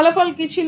ফলাফল কি ছিল